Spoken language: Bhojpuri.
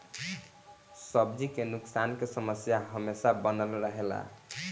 सब्जी के नुकसान के समस्या हमेशा बनल रहेला